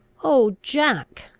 oh, jack!